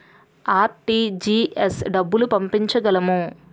RTGS డబ్బులు పంపించగలము?